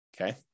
okay